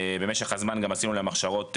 במשך הזמן גם עשינו להם הכשרות,